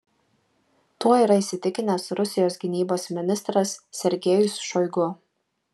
tuo yra įsitikinęs rusijos gynybos ministras sergejus šoigu